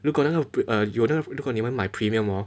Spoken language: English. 如果那个有的如果你们买 premium hor